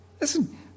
listen